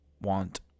want